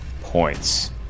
points